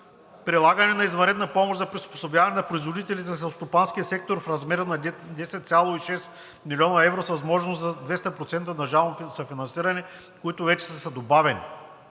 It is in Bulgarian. Прилагане на извънредна помощ за приспособяване на производителите на селскостопанския сектор в размер на 10,6 млн. евро с възможност за 200% държавно съфинансиране, които вече са добавени.